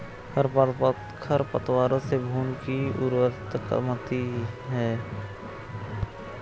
खरपतवारों से भूमि की उर्वरता कमती है